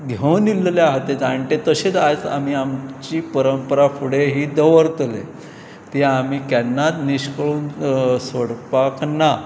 घेवन इल्लेले आहा ते आनी ते तशेंच आयज आमी आमची परंपरा फुडें ही दवरतले ती आमी केन्नाच निश्कळून सोडपाक ना